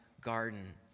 garden